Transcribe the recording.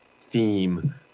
theme